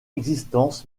existence